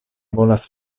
volas